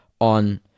on